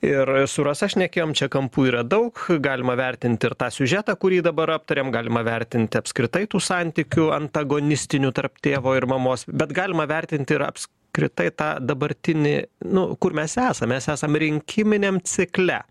ir su rasa šnekėjom čia kampų yra daug galima vertinti ir tą siužetą kurį dabar aptariam galima vertinti apskritai tų santykių antagonistinių tarp tėvo ir mamos bet galima vertinti ir apskritai tą dabartinį nu kur mes esam mes esam rinkiminiam cikle